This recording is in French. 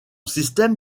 système